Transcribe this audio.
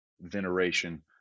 veneration